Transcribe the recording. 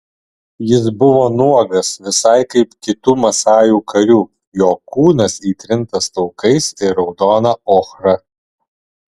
jis buvo nuogas visai kaip kitų masajų karių jo kūnas įtrintas taukais ir raudona ochra